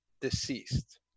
deceased